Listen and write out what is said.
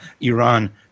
Iran